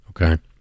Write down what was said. Okay